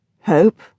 Hope